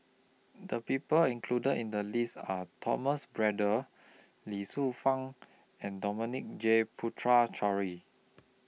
The People included in The list Are Thomas Braddell Ye Shufang and Dominic J Puthucheary